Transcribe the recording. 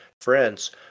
friends